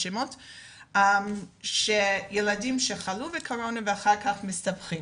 -- system, שילדים שחלו בקורונה ואחר כך מסתבכים.